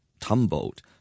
tumbled